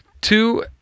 two